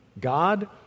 God